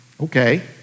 Okay